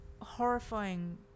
horrifying